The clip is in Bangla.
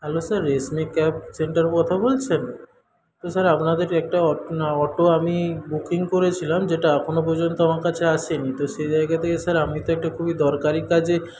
hello sir Reshmi cab centre কথা বলছেন তো স্যার আপনাদের একটা অটো না অটো আমি বুকিং করেছিলাম যেটা এখনো পর্যন্ত আমার কাছে আসেনি তো সেই জায়গা থেকে স্যার আমি তো একটা খুবই দরকারি কাজে